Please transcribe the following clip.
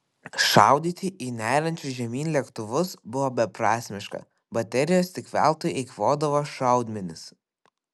šaudyti į neriančius žemyn lėktuvus buvo beprasmiška baterijos tik veltui eikvodavo šaudmenis